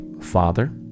father